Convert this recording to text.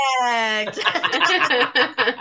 Perfect